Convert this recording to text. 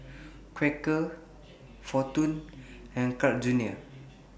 Quaker Fortune and Carl's Junior